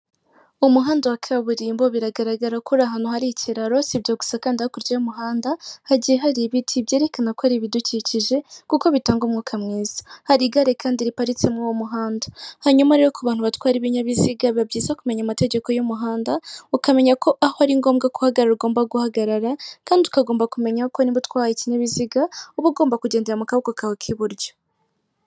Umuhanda wa kaburimbo biragaragara ko uri ahantu hari ikiraro, si ibyo gusa kandi hakurya y'umuhanda hagiye hari ibiti byerekana ko ari ibidukikije kuko bitanga umwuka mwiza, hari igare kandi riparitse muri uwo muhanda. Hanyuma rero ku bantu batwara ibinyabiziga biba byiza kumenya amategeko y'umuhanda ukamenya ko aho ari ngombwa ko uhagarara ugomba guhagarara, kandi ukagomba kumenya ko nimba utwaye ikinyabiziga uba ugomba kugendara mu kaboko kawe k'iburyo.